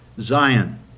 Zion